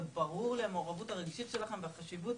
וברורה לי המעורבות הרגישות אליכם והחשיבות